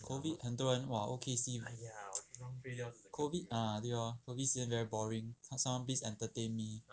COVID 很多人 !wah! O_K_C COVID ah 对 loh COVID 是 very boring someone please entertain me